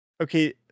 Okay